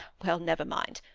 well, never mind!